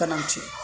गोनांथि